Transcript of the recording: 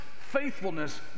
faithfulness